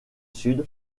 sud